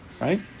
Right